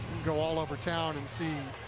go all over town and see and